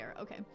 Okay